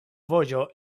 vojo